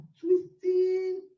twisting